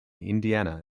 indiana